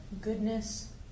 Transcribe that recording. goodness